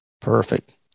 Perfect